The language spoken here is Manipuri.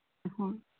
ꯍꯣꯏ